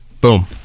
Boom